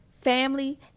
family